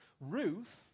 Ruth